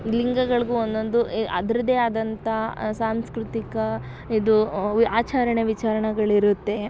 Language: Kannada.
ಲಿಂಗಗಳಿಗೂ ಒಂದೊಂದು ಏ ಅದ್ರದ್ದೆ ಆದಂಥ ಸಾಂಸ್ಕೃತಿಕ ಇದು ಆಚರಣೆ ವಿಚರಣೆಗಳ್ ಇರುತ್ತೆ